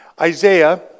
Isaiah